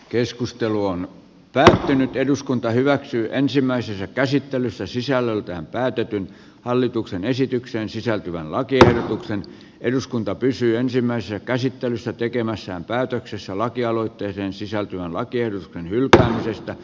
keskustelu on päättynyt eduskunta hyväksyy ensimmäisessä käsittelyssä sisällöltään päätetyn hallituksen esitykseen sisältyvän lakiehdotuksen eduskunta pysyä ensimmäisessä käsittelyssä tekemässään päätöksessä lakialoitteeseen sisältyvän lakien tuloksia